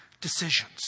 decisions